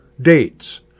dates